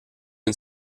une